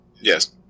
Yes